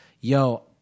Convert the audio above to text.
Yo